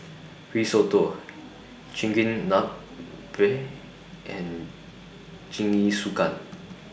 Risotto Chigenabe and Jingisukan